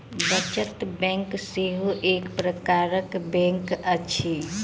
बचत बैंक सेहो एक प्रकारक बैंक अछि